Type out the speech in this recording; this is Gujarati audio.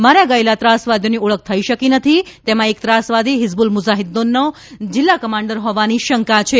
માર્યા ગયેલા ત્રાસવાદીઓની ઓળખ થઇ શકી નથી તેમાં એક ત્રાસવાદી હીજબુલ મુજાહીદ્દીનનો જિલ્લા કમાન્ડર હોવાની શંકા છે